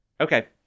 Okay